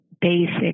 basic